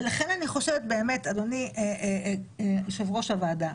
אדוני יושב-ראש הוועדה,